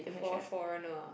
four foreigner